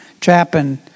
Chapin